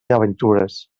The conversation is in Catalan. aventures